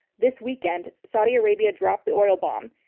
this weekend saudi arabia dropped the oil bomb.